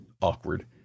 awkward